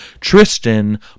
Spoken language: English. Tristan